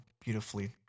beautifully